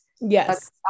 Yes